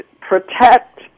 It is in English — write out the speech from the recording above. protect